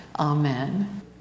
Amen